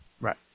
Right